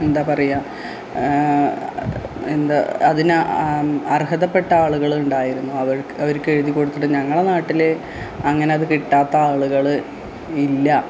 എന്താ പറയുക എന്താ അതിന് അർഹതപ്പെട്ട ആളുകളുണ്ടായിരുന്നു അവർ അവഋക്ക് എഴുതി കൊടുത്തിട്ട് ഞങ്ങളുടെ നാട്ടിൽ അങ്ങനെ അതു കിട്ടാത്ത ആളുകൾ ഇല്ല